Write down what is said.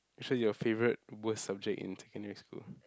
which are your favorite worst subject in secondary school